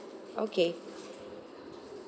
okay